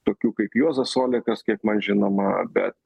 tokių kaip juozas olekas kiek man žinoma bet